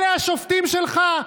אלה השופטים שלך?